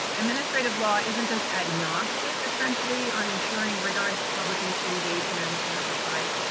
administrative law isn't just agnostic, essentially, on ensuring rigorous public and engagement and oversight,